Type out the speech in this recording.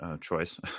choice